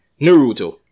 naruto